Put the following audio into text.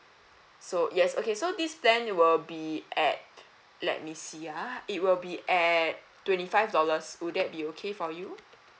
so yes okay so this plan will be at let me see ah it will be at twenty five dollars would that be okay for you